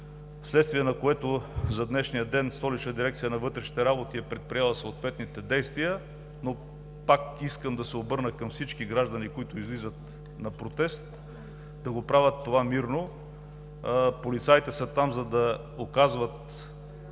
вследствие на което Столичната дирекция на вътрешните работи е предприела съответните действия за днешния ден, но пак искам да се обърна към всички граждани, които излизат на протест, да го правят мирно – полицаите са там, за да оказват